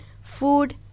food